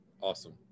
Awesome